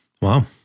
Wow